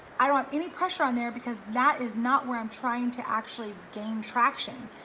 i don't have any pressure on there because that is not where i'm trying to actually gain traction.